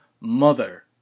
Mother